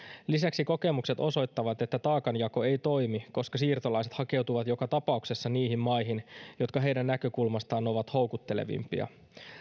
lisäksi kokemukset osoittavat että taakanjako ei toimi koska siirtolaiset hakeutuvat joka tapauksessa niihin maihin jotka heidän näkökulmastaan ovat houkuttelevimpia